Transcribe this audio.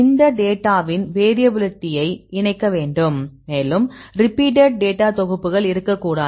இந்த டேட்டாவின் வேரியபிலிட்டியை இணைக்க வேண்டும் மேலும் ரிப்பீட்டட் டேட்டா தொகுப்புகள் இருக்கக்கூடாது